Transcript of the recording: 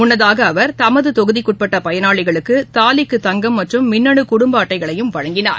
முன்னதாகஅவர் தமதுதொகுதிக்குட்பட்டபயனாளிகளுக்குதாலிக்கு தங்கம் மற்றும் மின்னுகுடும்பஅட்டைகளையும் வழங்கினார்